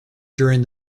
during